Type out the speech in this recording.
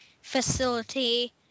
facility